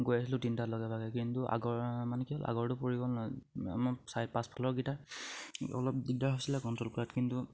গৈ আছিলোঁ তিনটাৰ লগে ভাগে কিন্তু আগৰ মানে কি হ'ল আগৰটো পৰি গ'ল ন চাই পাঁচফালৰকিটা অলপ দিগদাৰ হৈছিলে কণ্ট্ৰল কৰাত কিন্তু